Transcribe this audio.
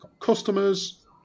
Customers